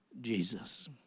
Jesus